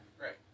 Right